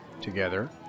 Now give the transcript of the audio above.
together